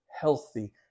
healthy